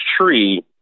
tree